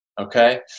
Okay